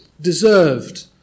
deserved